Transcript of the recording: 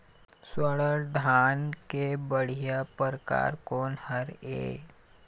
स्वर्णा धान के बढ़िया परकार कोन हर ये?